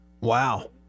Wow